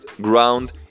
ground